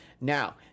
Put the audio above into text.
now